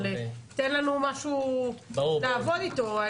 תן לנו משהו לעבוד איתו.